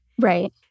Right